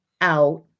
out